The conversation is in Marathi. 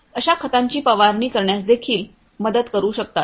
अशा खतांची फवारणी करण्यास देखील मदत करू शकतात